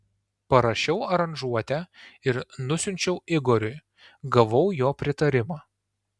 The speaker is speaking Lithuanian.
parašiau aranžuotę ir nusiunčiau igoriui gavau jo pritarimą